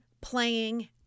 playing